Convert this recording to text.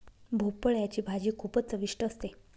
भोपळयाची भाजी खूपच चविष्ट असते